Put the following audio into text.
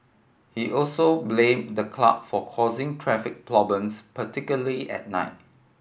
he also blamed the club for causing traffic problems particularly at night